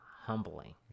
Humbling